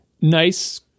nice